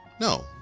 No